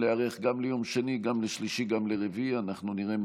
אז אם כך, אנחנו עם